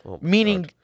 Meaning